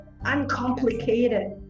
uncomplicated